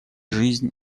жизнь